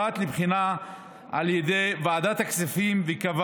ובפרט לבחינה על ידי ועדת הכספים, וקבע